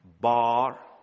Bar